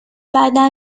بعدا